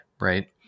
Right